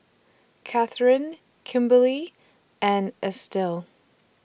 Kathern Kimberlie and Estill